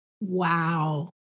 Wow